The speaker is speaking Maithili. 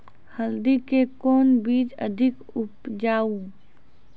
हल्दी के कौन बीज अधिक उपजाऊ?